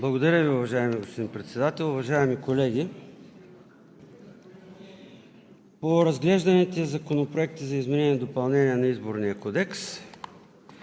Благодаря Ви, уважаеми господин Председател. Уважаеми колеги! По разглежданите законопроекти за изменение и допълнение на Изборния кодекс,